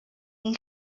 این